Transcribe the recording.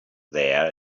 there